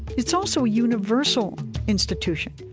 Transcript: it's also a universal institution.